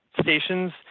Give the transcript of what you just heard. stations